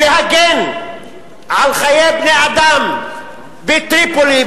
ולהגן על חיי בני-אדם בטריפולי,